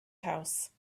house